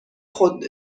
خود